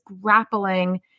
grappling